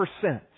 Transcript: percent